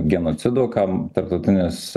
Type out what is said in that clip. genocido kam tarptautinis